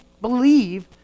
believe